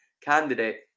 candidate